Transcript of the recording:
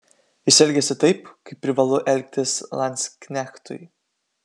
jis elgėsi taip kaip privalu elgtis landsknechtui